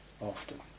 often